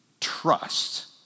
trust